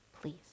please